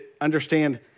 understand